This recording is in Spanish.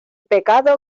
pecado